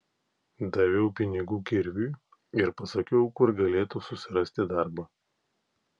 daviau pinigų kirviui ir pasakiau kur galėtų susirasti darbą